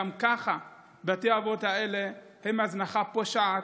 גם ככה בתי האבות האלה הם הזנחה פושעת.